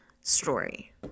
story